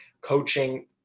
coaching